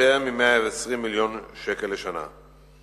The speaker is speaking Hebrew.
יותר מ-120 מיליון שקל לשנה.